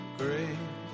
great